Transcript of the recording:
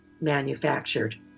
manufactured